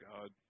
God